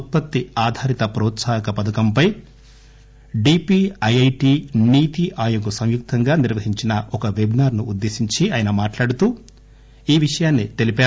ఉత్పత్తి ఆధారిత ప్రోత్సాహక పథకంపై డీపీఐఐటీ నీతి ఆయోగ్ సంయుక్తంగా నిర్వహించిన ఒక పెబినార్ ను ఉద్దేశించి ఆయన మాట్లాడుతూ విషయం చెప్పారు